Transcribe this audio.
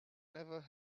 never